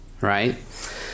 Right